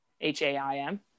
H-A-I-M